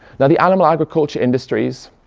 now the animal agriculture industries,